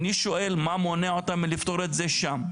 אני שואל מה מונע אותם מלפתור את זה שם?